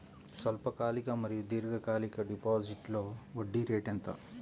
స్వల్పకాలిక మరియు దీర్ఘకాలిక డిపోజిట్స్లో వడ్డీ రేటు ఎంత?